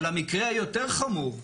אבל המקרה היותר חמור,